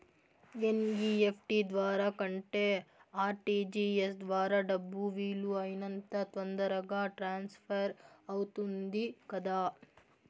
NEFT ద్వారా కంటే RTGS ద్వారా డబ్బు వీలు అయినంత తొందరగా ట్రాన్స్ఫర్ అవుతుంది కదా